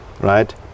right